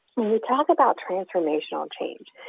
you talk about transformational change.